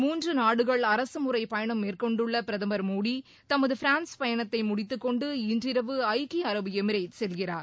மூன்று நாடுகள் அரசு முறைப்பயணம் மேற்கொண்டுள்ள பிரதமர் மோடி தமது பிரான்ஸ் பயணத்தை முடித்துக்கொண்டு இன்றிரவு ஐக்கிய அரபு எமிரேட் செல்கிறார்